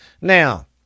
now